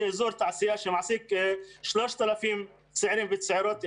זה אזור תעשייה שמעסיק 3,000 צעירים וצעירות.